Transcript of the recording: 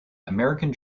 american